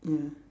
ya